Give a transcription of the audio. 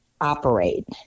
operate